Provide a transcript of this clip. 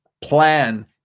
plan